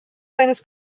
seines